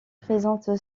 présente